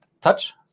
touch